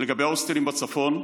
לגבי ההוסטלים בצפון,